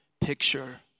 picture